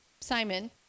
Simon